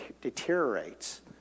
deteriorates